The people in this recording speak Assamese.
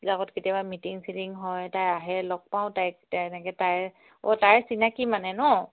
বিলাকত কেতিয়াবা মিটিং চিটিং হয় তাই আহে লগ পাওঁ তাইক তেনেকৈ তাইৰ অ' তাইৰ চিনাকি মানে ন